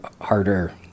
harder